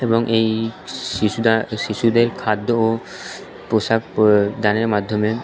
এবং এই শিশুরা শিশুদের খাদ্য ও পোশাক দানের মাধ্যমে